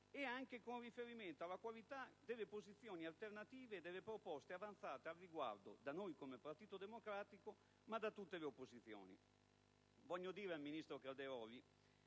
che con riferimento alla qualità delle posizioni alternative e delle proposte avanzate al riguardo dal Partito Democratico e da tutte le opposizioni. Invito il ministro Calderoli